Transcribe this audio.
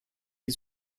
die